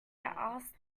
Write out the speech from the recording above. asked